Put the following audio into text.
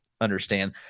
understand